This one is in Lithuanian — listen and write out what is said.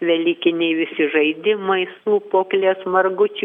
velykiniai visi žaidimai sūpuoklės margučių